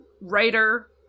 writer